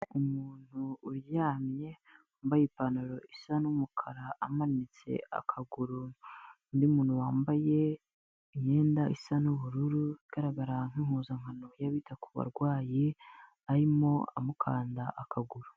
Umuntu uryamye wambaye ipantaro isa n'umukara amanitse akagura, undi muntu wambaye imyenda isa n'ubururu igaragara nk'impuzankano ya bita ku barwayi arimo amukanda akaguru.